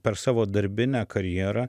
per savo darbinę karjerą